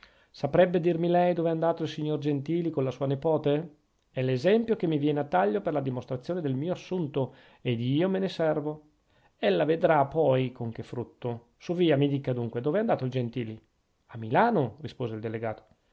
saprebbe dirmi lei dov'è andato il signor gentili con la sua nepote è l'esempio che mi viene a taglio per la dimostrazione del mio assunto ed io me ne servo ella vedrà poi con che frutto suvvia mi dica dunque dov'è andato il gentili a milano rispose il delegato